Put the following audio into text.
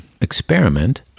experiment